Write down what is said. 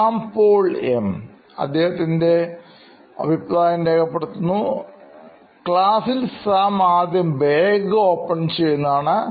Shyam Paul M ക്ലാസിൽ Sam ആദ്യം bag open ചെയ്യുന്നതാണ്